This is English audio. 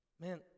Man